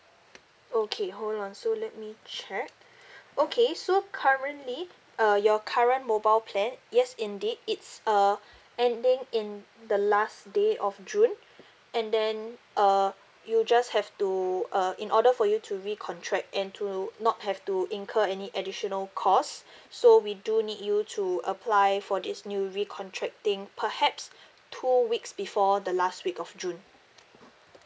okay hold on so let me check okay so currently uh your current mobile plan yes indeed it's uh ending in the last day of june and then err you just have to uh in order for you to re-contract and to not have to incur any additional cost so we do need you to apply for this new re-contracting perhaps two weeks before the last week of june